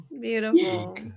beautiful